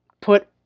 put